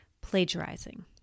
plagiarizing